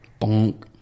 Bonk